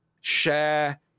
share